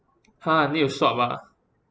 !huh! need to swab ah